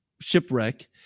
shipwreck